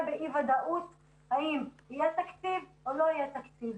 באי-ודאות אם יהיה תקציב או לא יהיה תקציב.